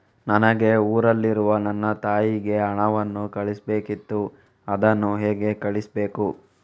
ನನಗೆ ಊರಲ್ಲಿರುವ ನನ್ನ ತಾಯಿಗೆ ಹಣವನ್ನು ಕಳಿಸ್ಬೇಕಿತ್ತು, ಅದನ್ನು ಹೇಗೆ ಕಳಿಸ್ಬೇಕು?